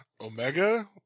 Omega